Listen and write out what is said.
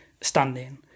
standing